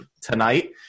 tonight